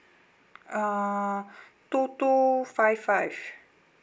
uh two two five five